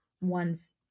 ones